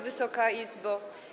Wysoka Izbo!